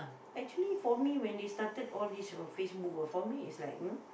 actually for me when they started all these of Facebook ah for me it's like you know